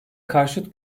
karşıt